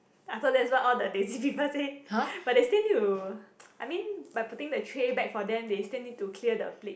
I thought that's what all the lazy people say but they still need to I mean by helping them put the trays back they still need to clear the plate